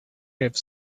have